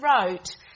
wrote